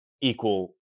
equal